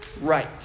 right